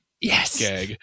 Yes